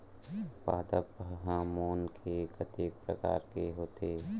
पादप हामोन के कतेक प्रकार के होथे?